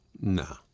No